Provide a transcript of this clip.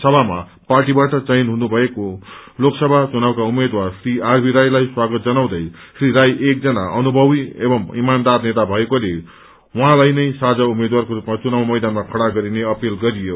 सभामा पार्टीबाट चयन हुनुभएको लोकसभा चुनावका उम्मेद्वार श्री आरबी राईलाई स्वागत जनाउँदै श्री राई एकजना अनुभवी एवं इमानदार नेता भएकोले उहाँलाई नै साझा उम्मेद्वारको पमा चुनाव मैदानमा खड्ना गरिने अपिल गरियो